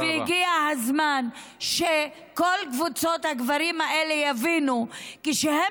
והגיע הזמן שכל קבוצות הגברים האלה יבינו: כשהם